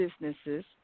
businesses